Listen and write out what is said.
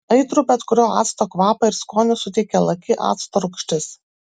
aitrų bet kurio acto kvapą ir skonį suteikia laki acto rūgštis